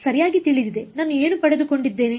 ಸರಿಯಾಗಿ ತಿಳಿದಿದೆ ನಾನು ಏನು ಪಡೆದುಕೊಂಡಿದ್ದೇನೆ